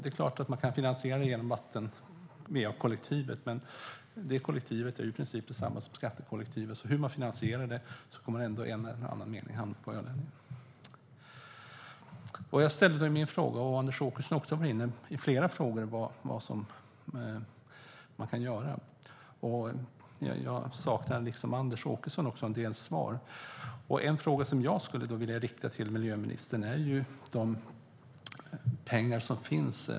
Det är klart att man kan finansiera det genom va-kollektivet, men det är ju i princip detsamma som skattekollektivet. Hur man än finansierar det kommer det ändå på ett eller annat sätt att hamna på ölänningarna.I min fråga undrade jag vad man kan göra, och det har Anders Åkesson också frågat om. Precis som Anders Åkesson saknar jag en del svar.